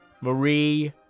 Marie